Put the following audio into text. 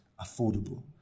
affordable